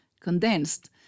Condensed